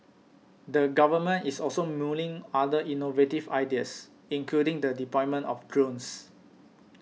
the Government is also mulling other innovative ideas including the deployment of drones